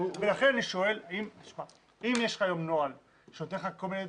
אם יש לך היום נוהל שנותן לך כל מיני